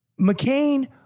McCain